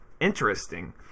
interesting